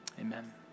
Amen